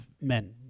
men